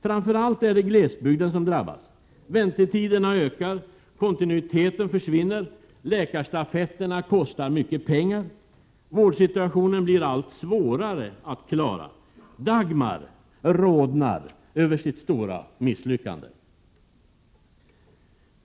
Framför allt är det glesbygden som drabbas. Väntetiderna ökar. Kontinuiteten försvinner. Läkarstafetterna kostar mycket pengar. Vårdsituationen blir allt svårare att klara. Dagmar rodnar över sitt stora misslyckande.